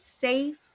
safe